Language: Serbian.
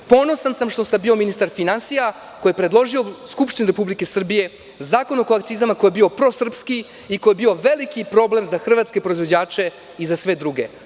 Ponosan sam što sam bio ministar finansija koji je predložio Skupštini Republike Srbije Zakon o akcizama koji je bio prosrpski i koji je bio veliki problem za hrvatske proizvođače i za sve druge.